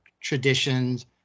traditions